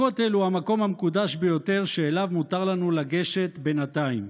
הכותל הוא המקום המקודש ביותר שאליו מותר לנו לגשת בינתיים,